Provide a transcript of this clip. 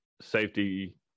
safety